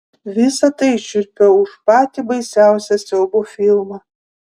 visa tai šiurpiau už patį baisiausią siaubo filmą